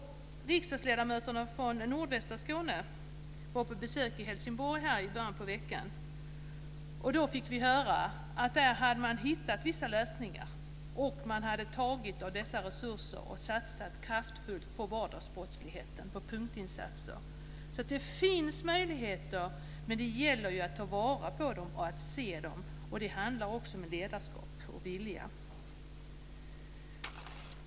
Riksdagsledamöterna från nordöstra Skåne var på besök i Helsingborg i början av veckan. Då fick vi höra att man där hade hittat vissa lösningar. Man hade tagit av resurserna och satsat kraftfullt vardagsbrottsligheten, på punktinsatser. Det finns alltså möjligheter, men det gäller att ta vara på dem och se dem. Det handlar också om ledarskap och vilja.